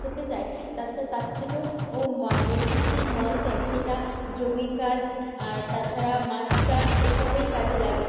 খেতে যায় তাছাড়া তার থেকেও ও মা মুরগির যে মলত্যাগ সেটা জমির কাজ আর তাছাড়া মাছ চাষ এসবেই কাজে লাগে